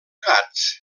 gats